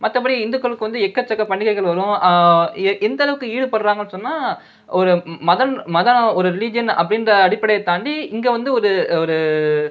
மற்றபடி இந்துக்களுக்கு வந்து எக்கச்சக்க பண்டிகைகள் வரும் எ எந்த அளவுக்கு ஈடுபடுகிறாங்கன்னு சொன்னால் ஒரு மகள் மகனாக ஒரு ரிலீஜியன் அப்படிங்ற அடிப்படையை தாண்டி இங்கே வந்து ஒரு ஒரு